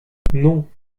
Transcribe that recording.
non